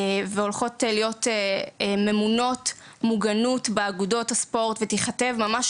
והולכות להיות ממונות מוגנות באגודות הספורט ותיכתב ממש